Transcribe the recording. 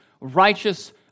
righteous